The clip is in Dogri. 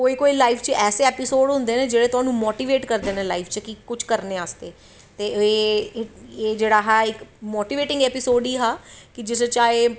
कोई कोई ऐसे ऐपिसोड़ होंदे नै जेह्ड़े तोआनू मोटिवेट करदे नै लाईफ च कि कुश करनें आस्ते ते एह् जेह्ड़ा इक मोटिवेटिड़ ऐपिसोड़ गै हा कि जिसलै चाहे